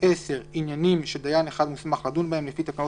(10) עניינים שדיין יחיד מוסמך לדון בהם לפי תקנות